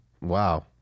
Wow